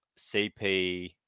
CP